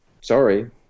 sorry